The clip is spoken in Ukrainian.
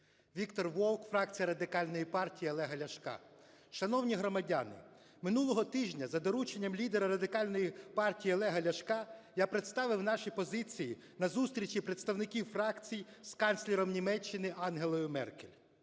Віктор Вовк, фракція Радикальної партії Олега Ляшка. Шановні громадяни, минулого тижня за дорученням лідера Радикальної партії Олега Ляшка я представив наші позиції на зустрічі представників фракцій з канцлером Німеччини Ангелою Меркель.